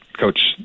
coach